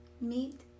Meet